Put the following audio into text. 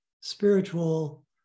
spiritual